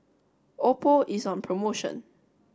Oppo is on promotion